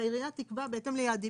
שהעירייה תקבע, בהתאם ליעדים.